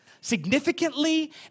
significantly